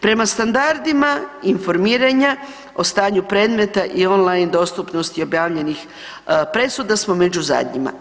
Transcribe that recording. Prema standardima informiranja o stanju predmeta i online dostupnosti i objavljenih presuda smo među zadnjima.